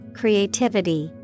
creativity